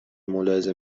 ملاحظه